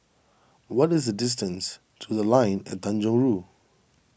what is the distance to the Line At Tanjong Rhu